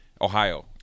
Ohio